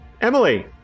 Emily